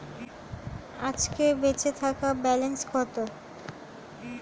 আজকের বেচে থাকা ব্যালেন্স কত?